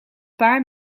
paar